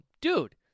dude